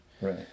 right